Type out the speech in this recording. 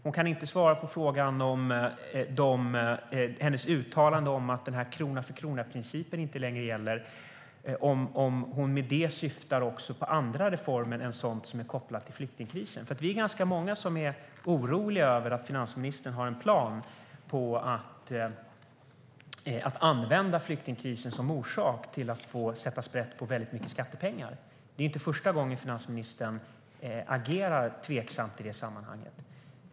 Hon kan inte svara på frågan om hennes uttalande om att krona-för-krona-principen inte längre gäller och om hon med det syftar också på andra reformer än sådana som är kopplade till flyktingkrisen. Vi är ganska många som är oroliga över att finansministern har en plan att använda flyktingkrisen som orsak för att få sätta sprätt på väldigt mycket skattepengar. Det är ju inte första gången finansministern agerar tveksamt i det sammanhanget.